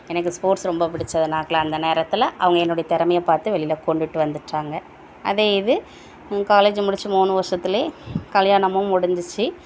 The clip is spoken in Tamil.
எனக்கு ஸ்போர்ட்ஸ் ரொம்ப புடிச்சதுனால அந்த நேரத்தில் அவங்க என்னோடைய திறமைய பார்த்து வெளியில் கொண்டுகிட்டு வந்துட்டாங்க அதே இது காலேஜு முடிச்சு மூணு வருஷத்துலே கல்யாணமும் முடிஞ்சிச்சு